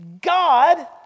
God